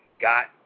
got